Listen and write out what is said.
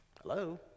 Hello